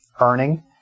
earning